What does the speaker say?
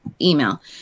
email